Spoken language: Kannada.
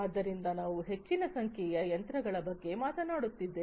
ಆದ್ದರಿಂದ ನಾವು ಹೆಚ್ಚಿನ ಸಂಖ್ಯೆಯ ಯಂತ್ರಗಳ ಬಗ್ಗೆ ಮಾತನಾಡುತ್ತಿದ್ದೇವೆ